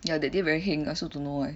ya that day very heng also don't know eh